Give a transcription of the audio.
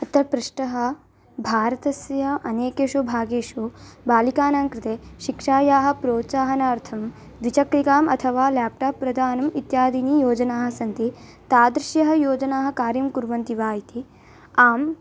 अतः पृष्ठः भारतस्य अनेकेषु भागेषु बालिकानां कृते शिक्षायाः प्रोत्साहनार्थं द्विचक्रिकाम् अथवा ल्याप्टाप् प्रधानम् इत्यादयः योजनाः सन्ति तादृशाः योजनाः कार्यं कुर्वन्ति वा इति आम्